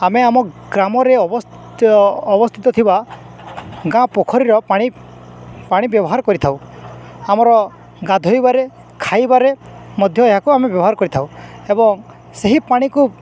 ଆମେ ଆମ ଗ୍ରାମରେ ଅ ଅବସ୍ଥିତ ଥିବା ଗାଁ ପୋଖରୀର ପାଣି ପାଣି ବ୍ୟବହାର କରିଥାଉ ଆମର ଗାଧୋଇବାରେ ଖାଇବାରେ ମଧ୍ୟ ଏହାକୁ ଆମେ ବ୍ୟବହାର କରିଥାଉ ଏବଂ ସେହି ପାଣିକୁ